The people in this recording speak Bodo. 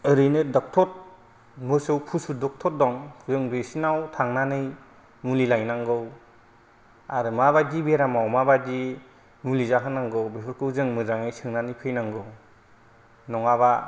ओरैनो डाक्टर मोसौ पसु डाक्टर दं जों बिसिनाव थांनानै मुलि लायनांगौ आरो माबादि बेरामाव माबादि मुलि जाहोनांगौ बेफोरखौ जों मोजाङै सोंनानै फैनांगौ नङाबा